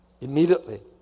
Immediately